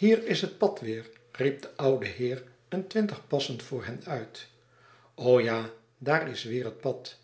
hier is het pad weêr riep de oude heer een twintig passen voor hen uit o ja daar is weêr het pad